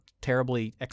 terribly